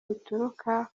bituruka